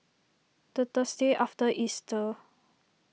the Thursday after Easter